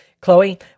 chloe